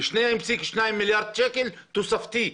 ב-2.2 מיליארד שקל תוספתי,